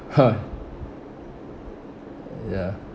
ya